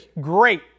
great